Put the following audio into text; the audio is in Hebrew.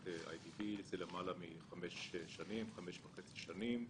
אי די בי מזה למעלה מחמש וחצי שנים.